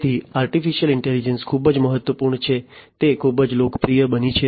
તેથી artificial intelligence ખૂબ જ મહત્વપૂર્ણ છે તે ખૂબ જ લોકપ્રિય બની છે